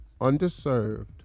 underserved